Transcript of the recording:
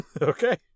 Okay